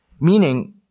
meaning